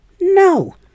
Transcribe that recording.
no